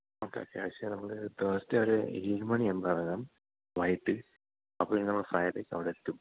okay okay പക്ഷേ നമ്മള് Thursday ഒരു ഏഴ് മണിയാകുമ്പോള് ഇറങ്ങാം വൈകിട്ട് അപ്പോള് ഞങ്ങള് ഫ്രൈഡേ അവിടെയെത്തും രാവിലെ